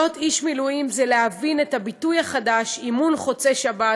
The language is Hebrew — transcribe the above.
להיות איש מילואים זה להבין את הביטוי החדש "אימון חוצה שבת"